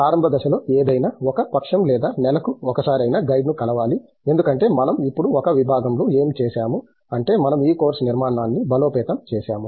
ప్రారంభ దశలో ఏదైనా ఒక పక్షం లేదా నెలకు ఒకసారి అయినా గైడ్ను కలవాలి ఎందుకంటే మనం ఇప్పుడు ఒక విభాగంలో ఏమి చేసాము అంటే మనం ఈ కోర్సు నిర్మాణాన్ని బలోపేతం చేసాము